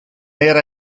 era